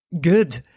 good